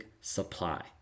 supply